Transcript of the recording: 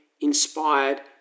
inspired